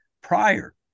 prior